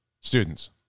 Students